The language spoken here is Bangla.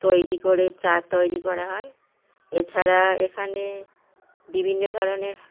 তৈরি করে চা তৈরি করা হয় এছাড়া এখানে বিভিন্ন ধরনের